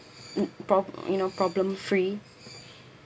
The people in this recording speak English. uh pro~ you know problem free